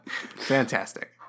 Fantastic